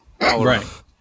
Right